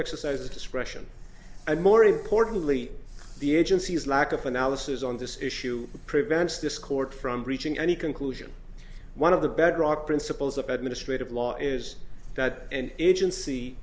exercises discretion and more importantly the agency's lack of analysis on this issue prevents this court from reaching any conclusion one of the bedrock principles of administrative law is that an agency